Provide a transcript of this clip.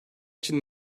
için